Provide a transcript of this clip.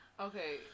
Okay